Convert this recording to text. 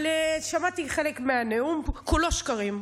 אבל שמעתי חלק מהנאום, כולו שקרים.